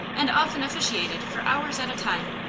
and often officiated for hours at a time,